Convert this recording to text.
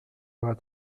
aura